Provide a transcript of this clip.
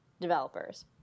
developers